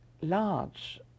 large